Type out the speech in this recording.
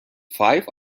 five